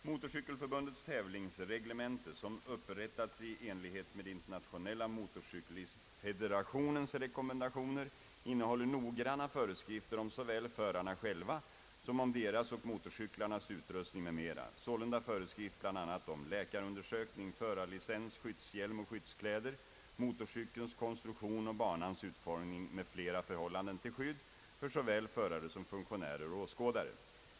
Motorcykelförbundets = tävlingsreglemente, som upprättats i enlighet med Internationella <motorcyklistfederationens rekommendationer, innehåller noggranna föreskrifter om såväl förarna själva som om deras och motorcyklarnas utrustning m.m. Sålunda föreskrivs bl.a. om läkarundersökning, förarlicens, skyddshjälm och skyddskläder, motorcykelns konstruktion och banans utformning m.fl. förhållanden till skydd för såväl förare som funktionärer och åskådare.